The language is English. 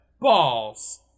balls